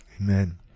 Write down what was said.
amen